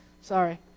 sorry